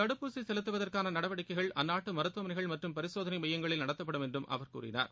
தடுப்பூசி செலுத்துவதற்கான நடவடிக்கைகள் அந்நாட்டு மருத்துவமனைகள் மற்றம் பரிசோதளை மையங்களில் நடத்தப்படும் என்றும் அவர் கூறினார்